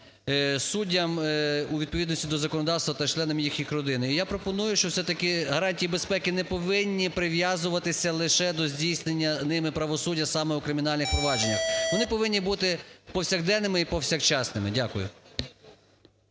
суддям у відповідності до законодавства та членам їхніх родин. І я пропоную, що все-таки гарантії безпеки не повинні прив'язуватись лише до здійснення ними правосуддя саме в кримінальних провадженнях. Вони повинні бути повсякденними і повсякчасними. Дякую.